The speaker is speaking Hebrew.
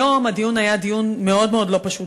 היום הדיון היה דיון מאוד מאוד לא פשוט,